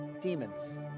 demons